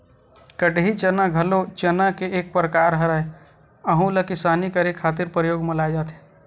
कटही चना घलो चना के एक परकार हरय, अहूँ ला किसानी करे खातिर परियोग म लाये जाथे